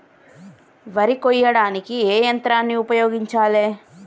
వరి కొయ్యడానికి ఏ యంత్రాన్ని ఉపయోగించాలే?